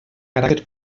caràcter